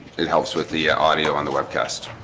it helps with the ah audio on the webcast.